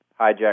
hijack